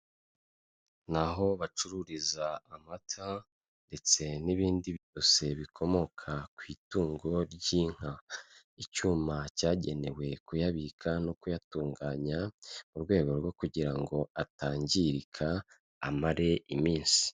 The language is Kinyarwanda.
Ni aho bacururiza amata ndetse n'ibindi byose bikomoka ku itungo ry'inka, icyuma cyagenewe kuyabika no kuyatunganya mu rwego rwo kugira ngo atangirika amare iminsi.